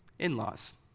in-laws